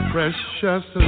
Precious